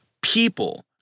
people